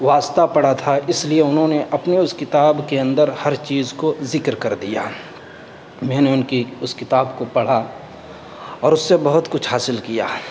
واسطہ پڑا تھا اس لیے انہوں نے اپنے اس کتاب کے اندر ہر چیز کو ذکر کر دیا میں نے ان کی اس کتاب کو پڑھا اور اس سے بہت کچھ حاصل کیا